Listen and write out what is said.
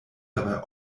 dabei